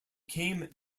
came